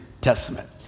Testament